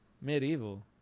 medieval